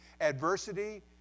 adversity